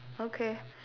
okay